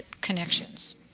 connections